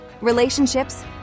relationships